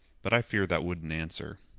but i fear that wouldn't answer.